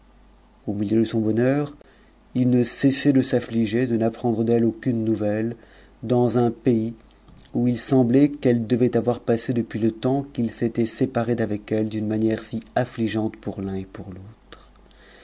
au milieu de son bonheur il ne cessait de s'affliger de n'apprendre d'elle aucune nouvelle dans un pays où il semblait qu'elle devait avoir passé depuis le tempsqu'il s'était séparé d'avec elle d'une manière si affligeante pour l'un et pour l'autre